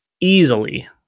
easily